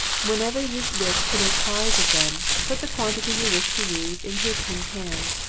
whenever you wish to make pies of them, put the quantity you wish to use into a tin pan,